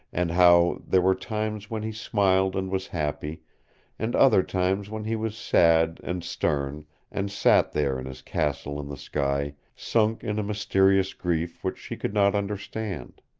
and how there were times when he smiled and was happy and other times when he was sad and stern and sat there in his castle in the sky sunk in a mysterious grief which she could not understand.